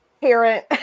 parent